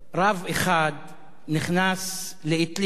רב אחד נכנס לאטליז